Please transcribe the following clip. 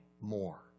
more